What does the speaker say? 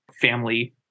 family